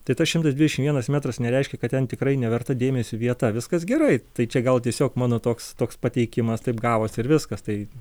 tai tas šimtas dvidešimt vienas metras nereiškia kad ten tikrai neverta dėmesio vieta viskas gerai tai čia gal tiesiog mano toks toks pateikimas taip gavosi ir viskas tai